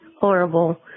horrible